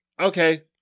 Okay